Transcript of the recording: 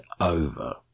over